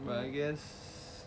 well I guess